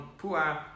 Pua